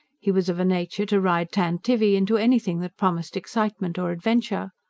he was of a nature to ride tantivy into anything that promised excitement or adventure.